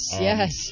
Yes